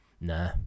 Nah